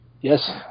Yes